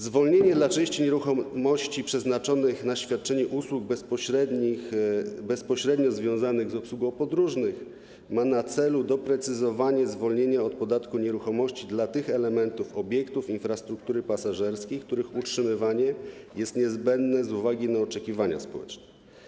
Zwolnienie dla części nieruchomości przeznaczonych na świadczenie usług bezpośrednio związanych z obsługą podróżnych ma na celu doprecyzowanie zwolnienia od podatku od nieruchomości dla tych elementów obiektów infrastruktury pasażerskich, których utrzymywanie jest niezbędne z uwagi na oczekiwania społeczne.